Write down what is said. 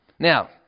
Now